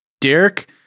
Derek